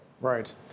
Right